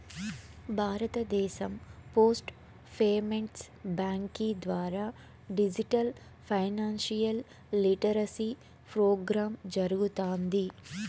భారతదేశం post payments బ్యాంకీ ద్వారా డిజిటల్ ఫైనాన్షియల్ లిటరసీ ప్రోగ్రామ్ జరగతాంది